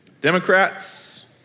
Democrats